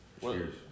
Cheers